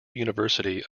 university